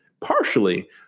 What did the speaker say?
partially